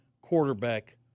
quarterback